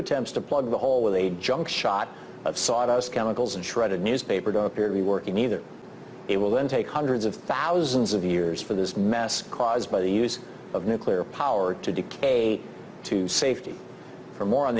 attempts to plug the hole with a junk shot of sawdust chemicals and shredded newspaper don't appear to be working either it will then take hundreds of thousands of years for this mass caused by the use of nuclear power to decay to safety for more on